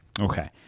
Okay